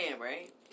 right